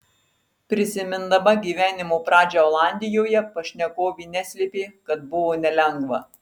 prisimindama gyvenimo pradžią olandijoje pašnekovė neslėpė kad buvo nelengva